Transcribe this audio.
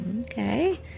Okay